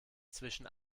zwischen